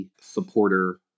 supporter